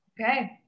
Okay